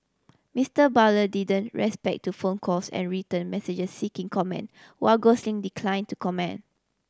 Mister Barlow didn't respect to phone calls and written messages seeking comment while Gosling declined to comment